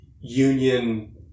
union